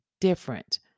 different